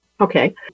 Okay